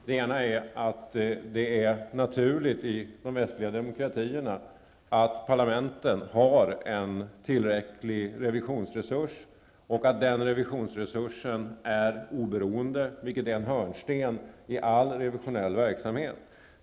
Det ena är att det i de västliga demokratierna är naturligt att parlamenten har en tillräckligt stor revisionsresurs och att den revisionsresursen är oberoende, något som är en hörnsten i all revisionsverksamhet.